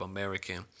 American